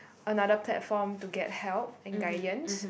another platform to get help and guidance